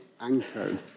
anchored